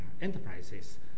enterprises